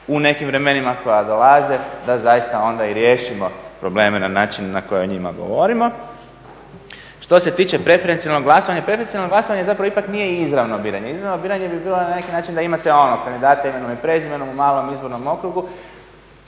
u nekim vremenima koja dolaze da zaista onda i riješimo probleme na način na koje o njima govorimo. Što se tiče preferencijalnog glasovanja, preferencijalno glasovanje zapravo ipak nije izravno biranje. Izravno biranje bi bilo na neki način da imate ono kandidate imenom i prezimenom u malom izbornom okrugu.